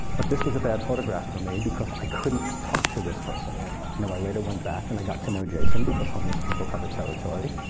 but this was a bad photograph for me, because i couldn't talk to this person. you know i later went back, and i got to know jason, because homeless people have a territory,